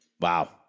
wow